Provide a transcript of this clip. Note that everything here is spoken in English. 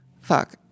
fuck